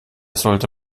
sollte